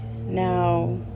now